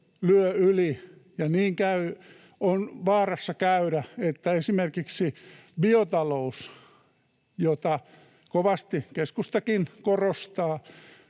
lyö yli. Ja on vaarassa käydä niin, että esimerkiksi biotalouskin, jota kovasti keskusta korostaa,